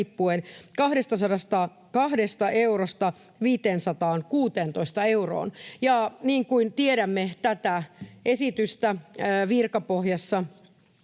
202 eurosta 516 euroon. Ja niin kuin tiedämme, tätä esitystä virkapohjassa